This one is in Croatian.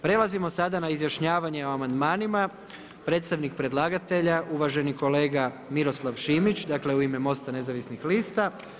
Prelazimo sada na izjašnjavanje o amandmanima, predstavnik predlagatelja uvaženi kolega Miroslav Šimić, dakle u ime MOST-a Nezavisnih lista.